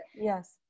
yes